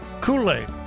Kool-Aid